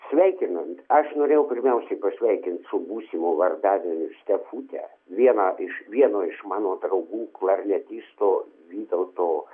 sveikinant aš norėjau pirmiausia pasveikinti su būsimu vardadieniu stefutę vieną iš vieno iš mano draugų klarnetisto vytauto